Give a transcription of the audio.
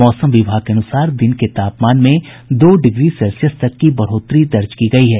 मौसम विभाग के अनुसार दिन के तापमान में दो डिग्री सेल्सियस तक की बढ़ोतरी दर्ज की गयी है